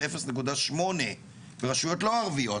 ועשר נקודה שמונה ברשויות לא ערביות.